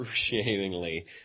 excruciatingly